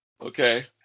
Okay